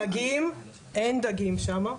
אין דגים שם.